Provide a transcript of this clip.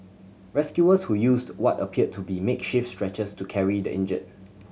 rescuers who used what appeared to be makeshift stretchers to carry the injured